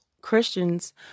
Christians